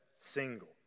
single